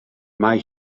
mae